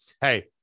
hey